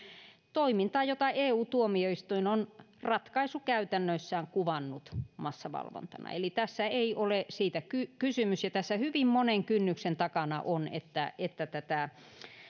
toimintaa jota eu tuomioistuin on ratkaisukäytännöissään kuvannut massavalvontana eli tässä ei ole siitä kysymys ja tässä hyvin monen kynnyksen takana on että että